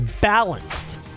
balanced